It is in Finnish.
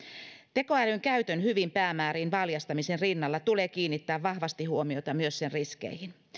tekoälyn käytön hyviin päämääriin valjastamisen rinnalla tulee kiinnittää vahvasti huomiota myös sen riskeihin